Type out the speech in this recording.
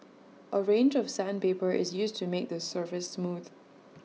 A range of sandpaper is used to make the surface smooth